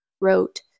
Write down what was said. wrote